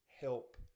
help